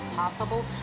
possible